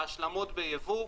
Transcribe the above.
ההשלמות ביבוא.